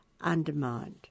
undermined